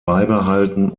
beibehalten